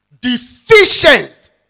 deficient